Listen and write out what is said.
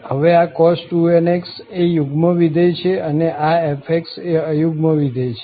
હવે આ cos 2nx એ યુગ્મ વિધેય છે અને આ f એ અયુગ્મ વિધેય છે